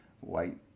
white